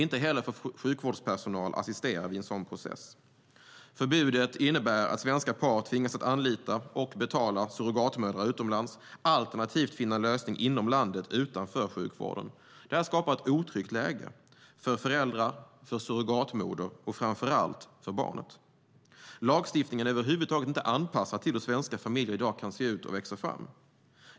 Inte heller får sjukvårdspersonal assistera vid en sådan process. Förbudet innebär att svenska par tvingas att anlita - och betala - surrogatmödrar utomlands, alternativt finna en lösning inom landet utanför sjukvården. Det skapar ett otryggt läge för föräldrarna, för surrogatmodern och framför allt för barnet. Lagstiftningen är över huvud taget inte anpassad till hur svenska familjer i dag kan se ut och växa fram.